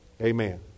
Amen